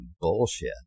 bullshit